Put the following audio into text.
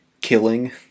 killing